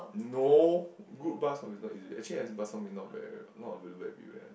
no good bak-chor-mee is not easy actually bak-chor-mee not bad not really bad view eh